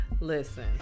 Listen